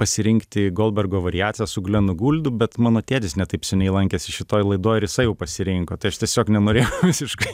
pasirinkti goldbergo variacijas su glenu guldu bet mano tėtis ne taip seniai lankėsi šitoj laidoj ir jisai jau pasirinko tai aš tiesiog nenorėjau visiškai